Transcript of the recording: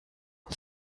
uns